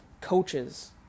coaches